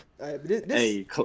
Hey